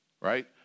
right